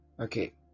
Okay